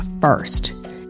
first